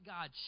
God